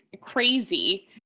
crazy